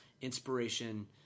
inspiration